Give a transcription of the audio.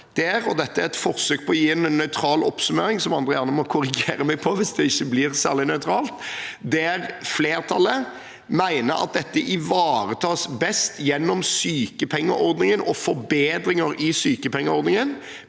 Dette er et forsøk på å gi en nøytral oppsummering, som andre gjerne må korrigere hvis det ikke blir særlig nøytralt. Flertallet mener at dette ivaretas best gjennom sykepengeordningen og forbedringer i sykepengeordningen,